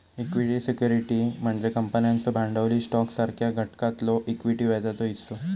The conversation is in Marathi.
इक्विटी सिक्युरिटी म्हणजे कंपन्यांचो भांडवली स्टॉकसारख्या घटकातलो इक्विटी व्याजाचो हिस्सो